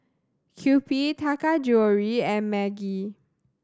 Kewpie Taka Jewelry and Maggi